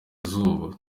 izuba